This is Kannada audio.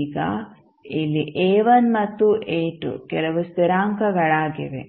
ಈಗ ಇಲ್ಲಿ ಮತ್ತು ಕೆಲವು ಸ್ಥಿರಾಂಕಗಳಾಗಿವೆ